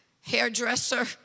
hairdresser